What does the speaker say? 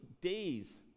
days